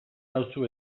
nauzu